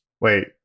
Wait